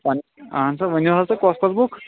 اَہَن حظ اَہن سا ؤنِو حظ تُہۍ کۅس کۅس بُک